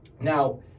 Now